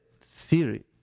theory